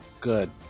Good